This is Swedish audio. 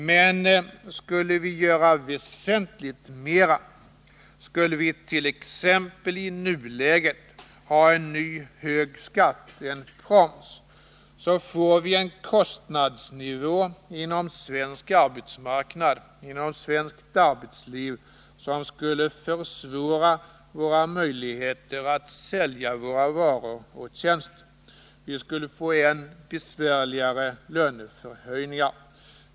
Men skulle vi göra väsentligt mera — skulle vi t.ex. i nuläget införa en ny hög skatt, en proms — får vi en kostnadsnivå inom svensk arbetsmarknad och inom svenskt näringsliv som skulle försvåra våra möjligheter att sälja varor och tjänster. Vi skulle få än besvärligare löneförhandlingar.